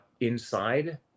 inside